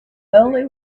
only